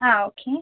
ആ ഓക്കേ